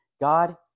God